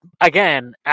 Again